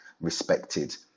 respected